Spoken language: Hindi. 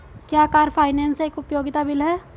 क्या कार फाइनेंस एक उपयोगिता बिल है?